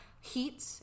heat